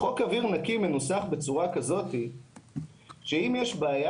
חוק אוויר נקי מנוסח בצורה כזאת שאם יש בעיה